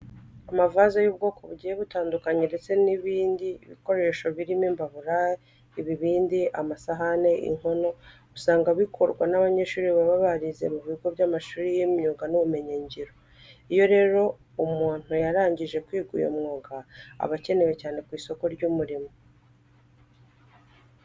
Amavaze y'ubwoko bugiye butandukanye ndetse n'ibindi bikoresho birimo nk'imbabura, ibibindi, amasahane, inkono usanga bikorwa n'abanyeshuri baba barize mu bigo by'amashuri y'imyuga n'ubumenyingiro. Iyo rero umuntu yarangije kwiga uyu mwuga aba akenewe cyane ku isoko ry'umurimo.